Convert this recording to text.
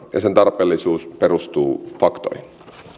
ja sen tarpeellisuus perustuu faktoihin